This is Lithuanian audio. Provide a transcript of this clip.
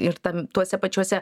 ir tam tuose pačiuose